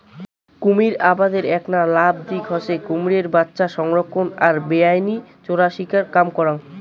কুমীর আবাদের এ্যাকনা ভাল দিক হসে কুমীরের বাচ্চা সংরক্ষণ আর বেআইনি চোরাশিকার কম করাং